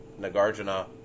Nagarjuna